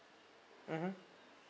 mmhmm